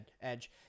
edge